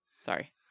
Sorry